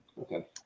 Okay